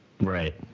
Right